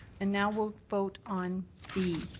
and now we'll vote on b.